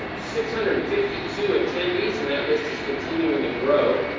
ah six hundred and fifty two attendees, and that list is continuing to grow.